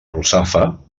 russafa